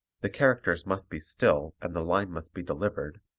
the characters must be still and the line must be delivered,